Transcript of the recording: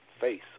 face